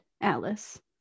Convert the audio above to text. alice